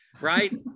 right